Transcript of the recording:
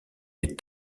des